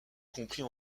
compris